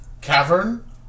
cavern